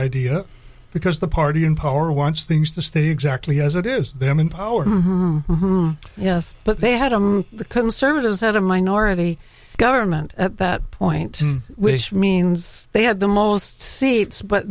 idea because the party in power wants things to stay exactly as it is them in power yes but they had the conservatives had a minority government at that point wish means they had the most seats but